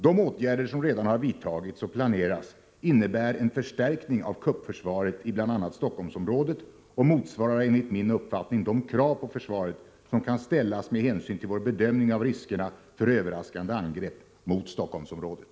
De åtgärder som redan har vidtagits och planeras innebär en förstärkning av kuppförsvaret i bl.a. Stockholmsområdet och motsvarar enligt min uppfattning de krav på försvaret som kan ställas med hänsyn till vår bedömning av riskerna för överraskande angrepp mot Stockholmsområdet.